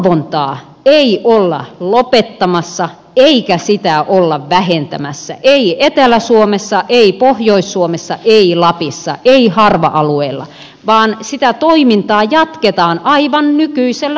liikennevalvontaa ei olla lopettamassa eikä sitä olla vähentämässä ei etelä suomessa ei pohjois suomessa ei lapissa ei harva alueella vaan sitä toimintaa jatketaan aivan nykyisellä tasolla